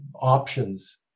options